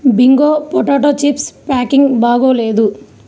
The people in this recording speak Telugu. బింగో పొటాటో చిప్స్ ప్యాకింగ్ బాగోలేదు